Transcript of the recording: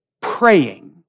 praying